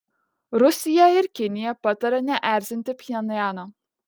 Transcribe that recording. rusija ir kinija pataria neerzinti pchenjano